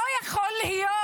לא יכול להיות,